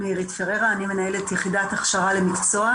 המטרה הייתה לעודד פעילות נוספת שחשובה למשק.